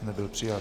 Nebyl přijat.